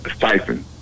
siphon